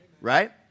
right